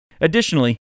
Additionally